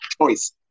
choice